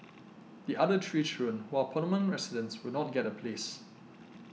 the other three children who are permanent residents will not get a place